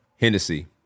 Hennessy